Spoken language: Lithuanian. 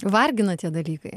vargina tie dalykai